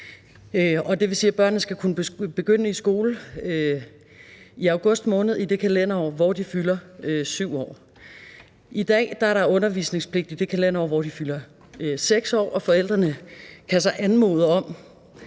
Det vil sige, at børnene skal kunne begynde i skole i august måned i det kalenderår, hvor de fylder 7 år. I dag er der undervisningspligt i det kalenderår, hvor de fylder 6 år, og forældrene kan så anmode om,